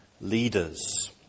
leaders